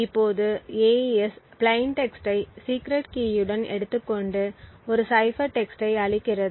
இப்போது AES plain டெக்ஸ்ட்டை secret கீயுடன் எடுத்துக்கொண்டு ஒரு சைபர் டெக்ஸ்ட்டை அளிக்கிறது